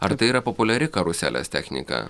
ar tai yra populiari karuselės technika